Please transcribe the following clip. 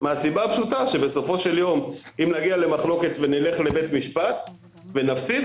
מהסיבה הפשוטה שבסופו של יום אם נגיע למחלוקת ונלך לבית משפט ונפסיד,